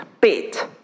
bit